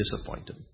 disappointed